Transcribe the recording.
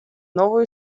новую